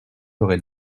j’aurai